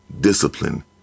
discipline